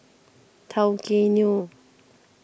Tao Kae Noi